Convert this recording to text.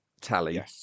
tally